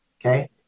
okay